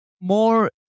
more